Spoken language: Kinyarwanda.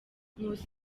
nkusi